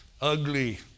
ugly